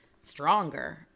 stronger